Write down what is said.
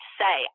say